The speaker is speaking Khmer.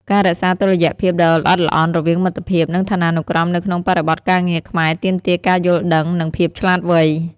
ការរក្សាតុល្យភាពដ៏ល្អិតល្អន់រវាងមិត្តភាព និងឋានានុក្រមនៅក្នុងបរិបទការងារខ្មែរទាមទារការយល់ដឹង និងភាពឆ្លាតវៃ។